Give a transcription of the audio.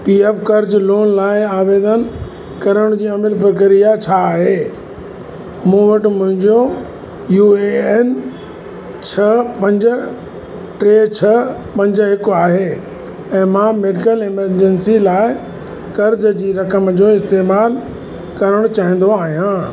P F कर्ज़ु loan लाइ आवेदन करण जी अमल प्रक्रिया छा आहे मूं वटि मुंहिंजो यू ए एन छह पंज टे छह पंज हिकु आहे ऐं मां मैडिकल इमरजेंसी लाइ कर्ज़ जी रक़म जो इस्तेमालु करणु चाहींदो आहियां